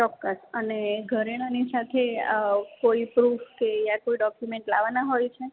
ચોકકસ અને ઘરેણાંની સાથે કોઈ પ્રૂફ કે યા કોઈ ડોક્યુમેન્ટ લાવવાનાં હોય છે